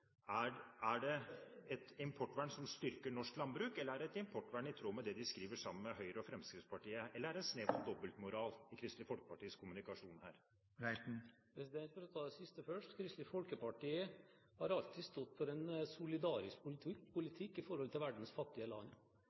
importvernet? Er det et importvern som styrker norsk landbruk, eller er det importvern i tråd med det de skriver sammen med Høyre og Fremskrittspartiet, eller er det en snev av dobbeltmoral i Kristelig Folkepartis kommunikasjon her? For å ta det siste først: Kristelig Folkeparti har alltid stått for en solidarisk politikk overfor verdens fattige land.